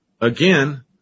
again